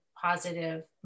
positive